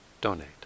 donate